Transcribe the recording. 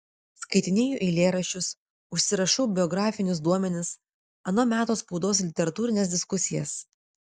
skaitinėju eilėraščius užsirašau biografinius duomenis ano meto spaudos literatūrines diskusijas